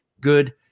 good